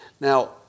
Now